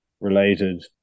related